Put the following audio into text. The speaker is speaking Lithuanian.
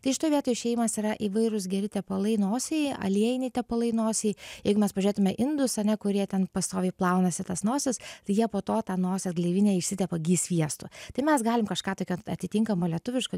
tai šitoj vietoj išėjimas yra įvairūs geri tepalai nosiai aliejiniai tepalai nosiai jeigu mes pažiūrėtume indus ane kurie ten pastoviai plaunasi tas nosis tai jie po to tą nosies gleivinę išsitepa gy sviestu tai mes galim kažką tokio atitinkamo lietuviško